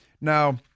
Now